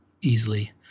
easily